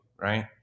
right